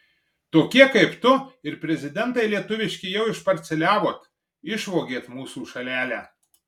tokie kaip tu ir prezidentai lietuviški jau išparceliavot išvogėt mūsų šalelę